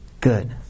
Good